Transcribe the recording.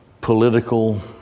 political